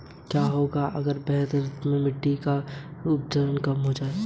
क्या होगा अगर बैंक खाते में के.वाई.सी नहीं किया गया है?